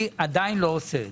אני עדיין לא עושה זאת.